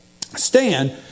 stand